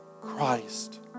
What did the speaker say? Christ